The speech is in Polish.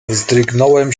wzdrygnąłem